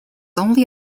only